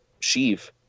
Sheev